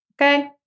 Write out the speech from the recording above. Okay